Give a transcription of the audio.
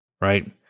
right